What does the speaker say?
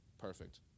perfect